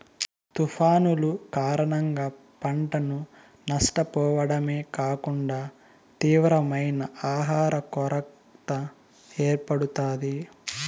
తుఫానులు కారణంగా పంటను నష్టపోవడమే కాకుండా తీవ్రమైన ఆహర కొరత ఏర్పడుతాది